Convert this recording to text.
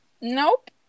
Nope